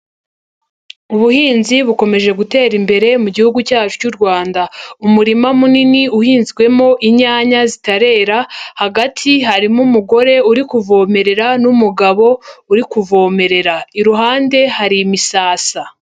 Ubuhinzi bukomeje gutera imbere mu gihugu cyacu cy'uRwanda, umurima munini uhinzwemo inyanya zitarera, hagati harimo umugore uri kuvomerera n'umugabo uri kuvomerera, iruhande hari imisasa.